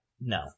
No